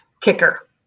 kicker